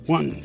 One